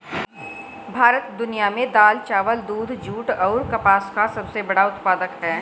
भारत दुनिया में दाल, चावल, दूध, जूट और कपास का सबसे बड़ा उत्पादक है